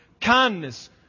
kindness